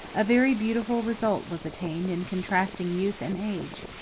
a very beautiful result was attained in contrasting youth and age.